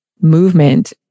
Movement